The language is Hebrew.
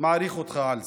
מעריך אותך על זה.